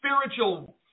spiritual